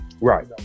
right